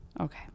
Okay